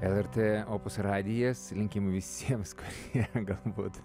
lrt opus radijas linkim visiems kurie galbūt